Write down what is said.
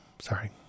Sorry